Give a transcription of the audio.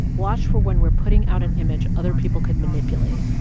watchful when we're putting out an image other people could manipulate,